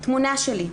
תמונה שלי,